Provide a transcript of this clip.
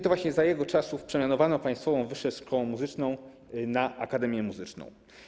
To właśnie za jego czasów przemianowano Państwową Wyższą Szkołę Muzyczną na Akademię Muzyczną.